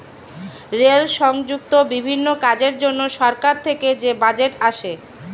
rail সংযুক্ত বিভিন্ন কাজের জন্য সরকার থেকে যে বাজেট আসে